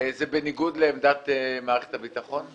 זה בניגוד לעמדת מערכת הביטחון?